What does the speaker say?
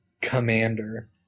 Commander